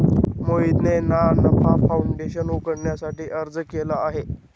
मोहितने ना नफा फाऊंडेशन उघडण्यासाठी अर्ज केला आहे